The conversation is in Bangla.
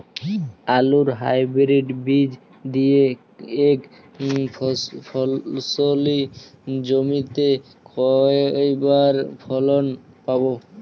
আলুর হাইব্রিড বীজ দিয়ে এক ফসলী জমিতে কয়বার ফলন পাব?